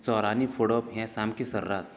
चोरांनी फोडप हे सामकें सर्रास